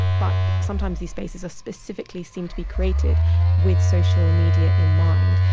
but sometimes these spaces specifically seem to be created with social media in mind.